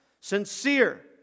sincere